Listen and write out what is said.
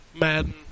Madden